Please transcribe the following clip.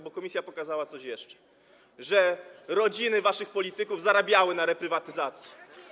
Bo komisja pokazała coś jeszcze: że rodziny waszych polityków zarabiały na reprywatyzacji.